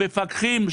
המפקחים,